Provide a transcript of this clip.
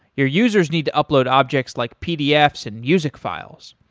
your users need to upload objects like pdfs and music files.